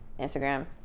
Instagram